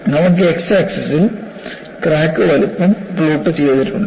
നമുക്ക് x axis ഇൽ crack വലുപ്പം പ്ലോട്ട് ചെയ്തിട്ടുണ്ട്